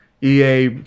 EA